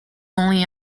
only